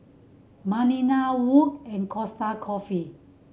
Balina Wood and Costa Coffee